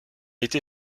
été